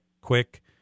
quick